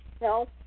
No